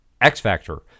X-Factor